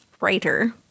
writer